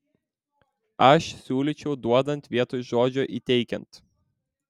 aš siūlyčiau duodant vietoj žodžio įteikiant